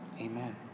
Amen